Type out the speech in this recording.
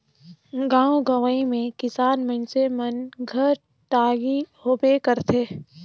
गाँव गंवई मे किसान मइनसे मन घर टागी होबे करथे